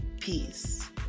peace